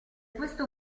questo